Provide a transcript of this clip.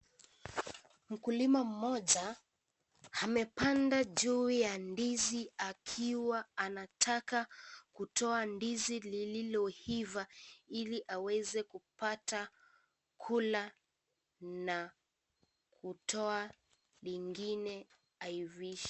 Mkulima mmoja, amepanda juu ya ndizi, akiwa anataka kutoka ndizi lililoiva, ili aweze kupata kula na kutoa ingine aivishe.